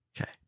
Okay